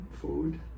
Food